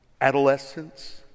Adolescence